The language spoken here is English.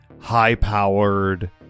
high-powered